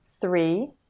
Three